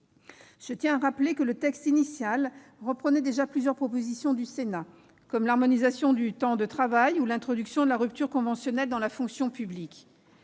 Je tiens à rappeler que le texte initial reprenait déjà plusieurs propositions du Sénat, comme l'harmonisation du temps de travail ou l'introduction de la rupture conventionnelle dans la fonction publique.